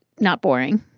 not boring,